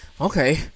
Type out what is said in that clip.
Okay